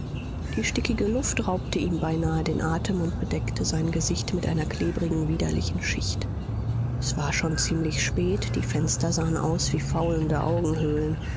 die stickige luft raubte ihm beinahe den atem und bedeckte sein gesicht mit einer klebrigen widerlichen schicht es war schon ziemlich spät die fenster sahen aus wie faulende augenhöhlen